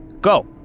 go